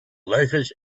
loafers